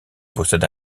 possède